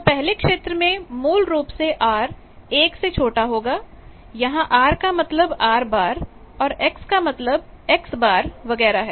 तो पहले क्षेत्र में मूल रूप से R 1 से छोटा होगा यहां R का मतलब R और X का मतलब X वगैरह है